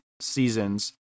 seasons